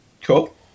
Cool